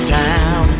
town